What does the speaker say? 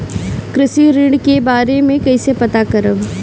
कृषि ऋण के बारे मे कइसे पता करब?